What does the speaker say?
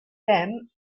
them